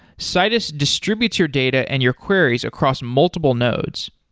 citus distributes your data and your queries across multiple nodes.